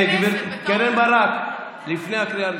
קרן ברק, לפני הקריאה הראשונה.